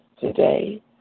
today